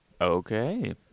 Okay